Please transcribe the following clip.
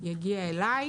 ויגיע אליי.